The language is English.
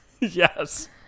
yes